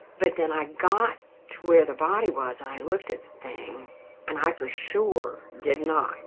but then i got to where the body was i looked at the thing and i for sure did not